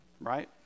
right